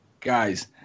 Guys